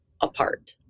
apart